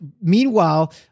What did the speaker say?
Meanwhile